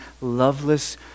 loveless